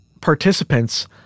participants